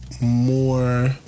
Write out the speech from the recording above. more